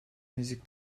müzik